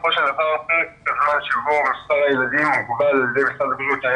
בסופו של דבר פרק הזמן שבו מספר הילדים הוגבל על ידי משרד הבריאות היה